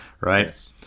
right